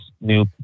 new